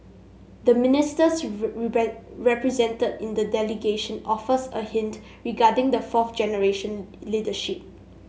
the ministers represented in the delegation offers a hint regarding the fourth generation leadership